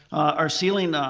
our ceiling,